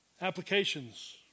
applications